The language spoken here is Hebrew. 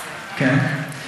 כן.